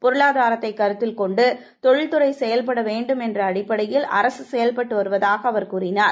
பொருளாதாரத்தைக் கருத்தில் கொண்டு தொழில் துறை செயல்பட வேண்டும் என்ற அடிப்படையில் அரசு செயல்பட்டு வருவதாக அவர் கூறினார்